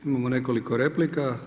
Imamo nekoliko replika.